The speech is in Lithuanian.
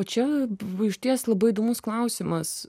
o čia buvo išties labai įdomus klausimas